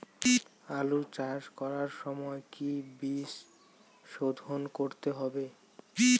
আলু চাষ করার সময় কি বীজ শোধন করতে হবে?